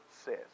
says